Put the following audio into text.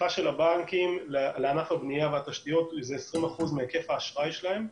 החשיפה של הבנקים לענף הבנייה והתשתיות הוא 20% מהיקף האשראי שלהם,